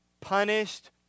punished